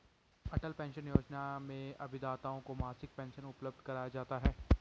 अटल pension योजना में अभिदाताओं को मासिक पेंशन उपलब्ध कराया जाता है